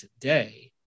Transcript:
today